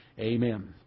amen